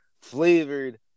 flavored